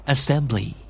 Assembly